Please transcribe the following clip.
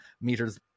meters